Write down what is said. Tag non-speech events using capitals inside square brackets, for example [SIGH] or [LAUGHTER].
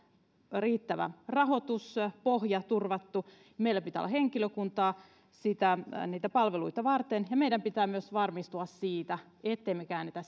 riittävä rahoituspohja turvattu meillä pitää olla henkilökuntaa niitä palveluita varten ja meidän pitää myös varmistua siitä ettemme me käännä [UNINTELLIGIBLE]